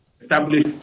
establish